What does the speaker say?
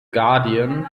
guardian